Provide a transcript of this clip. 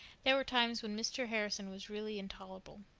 there were times when mr. harrison was really intolerable.